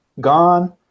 gone